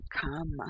come